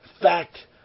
fact